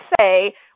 say